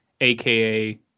aka